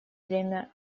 время